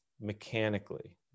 mechanically